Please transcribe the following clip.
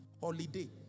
holiday